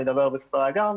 אני אדבר בקצרה גם,